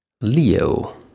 Leo